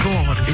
God